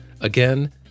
Again